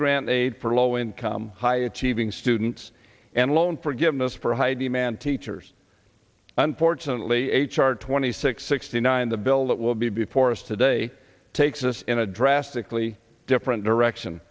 grant aid for low income high achieving students and loan forgiveness for high demand teachers unfortunately h r twenty six sixty nine the bill that will be before us today takes us in a drastically different direction